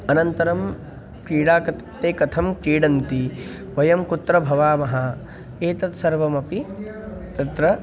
अनन्तरं क्रीडा कत् ते कथं क्रीडन्ति वयं कुत्र भवामः एतत् सर्वमपि तत्र